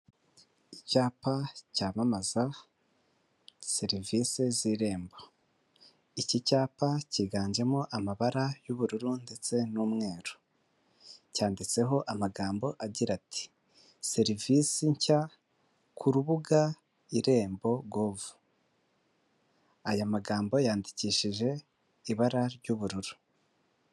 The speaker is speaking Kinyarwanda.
Icyapa cyamamaza serivisi z'irembo iki cyapa cyiganjemo amabara y'ubururu ndetse n'umweru, cyanditseho amagambo agira ati serivisi nshya ku rubuga irembo gove. Aya magambo yandikishije ibara ry'ubururu.